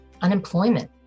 unemployment